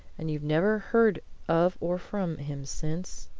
and you've never heard of or from him since?